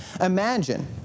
Imagine